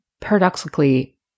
paradoxically